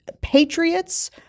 patriots